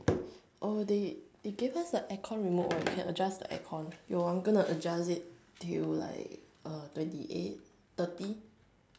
oh they they gave us the aircon remote right we can adjust the aircon you want I'm gonna adjust it till like uh twenty eight thirty